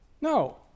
No